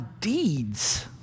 deeds